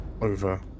over